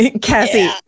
cassie